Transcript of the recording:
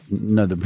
No